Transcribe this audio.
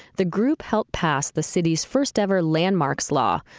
the group helped pass the city's first ever landmarks law,